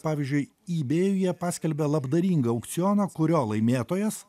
pavyzdžiui ibėjuje paskelbė labdaringą aukcioną kurio laimėtojas